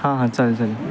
हां हां चालेल चालेल